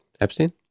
epstein